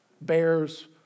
bears